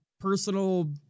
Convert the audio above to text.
personal